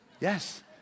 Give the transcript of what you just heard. yes